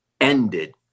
ended